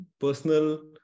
personal